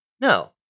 No